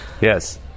Yes